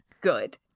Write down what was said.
good